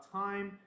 time